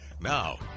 Now